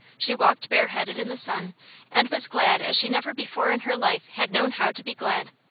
she walked bareheaded in the sun and was glad as she never before in her life had known how to be glad.